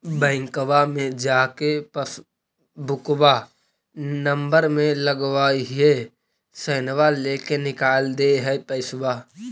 बैंकवा मे जा के पासबुकवा नम्बर मे लगवहिऐ सैनवा लेके निकाल दे है पैसवा?